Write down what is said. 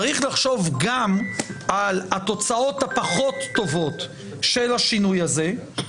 צריך לחשוב גם על התוצאות הפחות טובות של השינוי הזה,